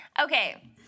Okay